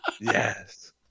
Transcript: Yes